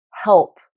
help